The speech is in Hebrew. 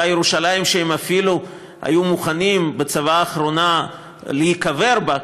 אותה ירושלים שהם אפילו היו מוכנים בצוואה האחרונה להיקבר בה,